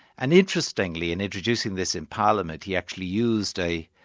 and interestingly, in introducing this in parliament, he actually used a